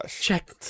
Check